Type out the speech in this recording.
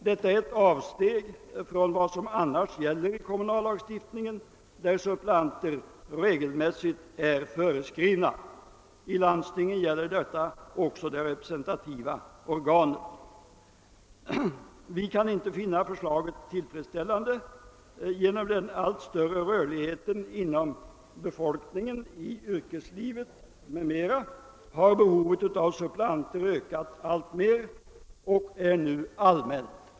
Detta är ett avsteg från vad som annars gäller i kommunallagstiftningen, där suppleanter regelmässigt är föreskrivna. I landstingen gäller detta också det representativa organet. Vi kan inte finna förslaget tillfredsställande. Genom den allt större rörligheten hos befolkningen i yrkeslivet m.m. har behovet av suppleanter ökat alltmer och är nu allmänt.